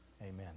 Amen